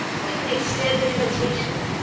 we can extend an invitation.